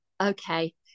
Okay